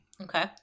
Okay